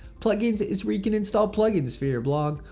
plugins is where you can install plugins for your blog.